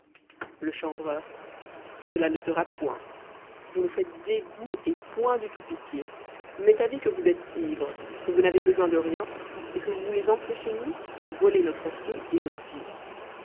le chanvreur cela ne sera point vous nous faites dégoût et point du tout pitié m'est avis que vous êtes ivres que vous n'avez besoin de rien et que vous voulez entrer chez nous pour voler notre feu et nos filles